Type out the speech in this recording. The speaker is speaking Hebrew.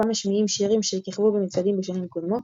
בה משמיעים שירים שכיכבו במצעדים בשנים קודמות,